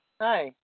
Hi